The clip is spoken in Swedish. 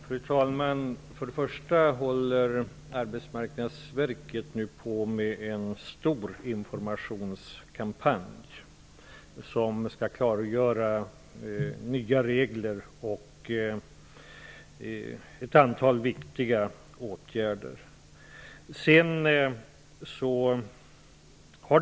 Fru talman! Först och främst håller Arbetsmarknadsverket på med en stor informationskampanj som skall klargöra de nya reglerna och ett antal viktiga åtgärder som skall vidtas.